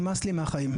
נמאס לי מהחיים,